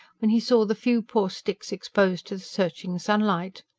when he saw the few poor sticks exposed to the searching sunlight.